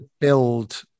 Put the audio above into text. build